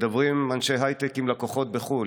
מדברים אנשי הייטק עם לקוחות בחו"ל,